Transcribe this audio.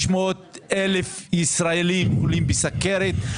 600,000 ישראלים חולים בסוכרת,